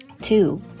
Two